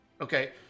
Okay